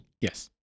Yes